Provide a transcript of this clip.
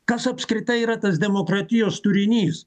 kas apskritai yra tas demokratijos turinys